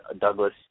Douglas